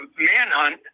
manhunt